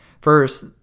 First